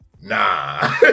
nah